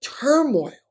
turmoil